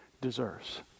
deserves